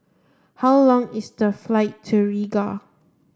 how long is the flight to Riga